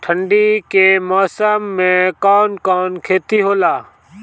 ठंडी के मौसम में कवन कवन खेती होला?